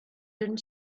dünnen